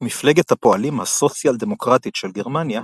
מפלגת הפועלים הסוציאל-דמוקרטית של גרמניה,